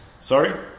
Sorry